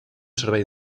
servei